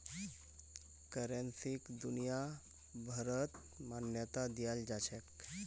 करेंसीक दुनियाभरत मान्यता दियाल जाछेक